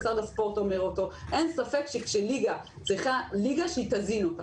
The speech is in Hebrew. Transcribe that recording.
אין ספק שליגה צריכה ליגה שתזין אותה,